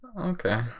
Okay